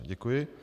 Děkuji.